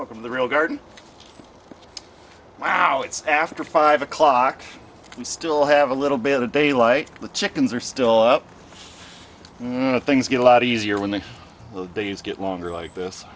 in the real garden wow it's after five o'clock we still have a little bit of daylight the chickens are still up to things get a lot easier when the days get longer like this